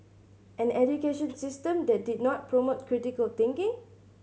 an education system that did not promote critical thinking